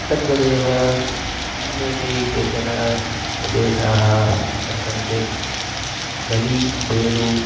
तद्वदेव अन्येपि केचन प्रदेशाः वर्तन्ते गली बेडु